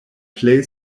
plej